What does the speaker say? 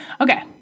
Okay